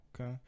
Okay